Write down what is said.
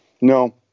No